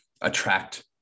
attract